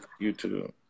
youtube